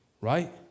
right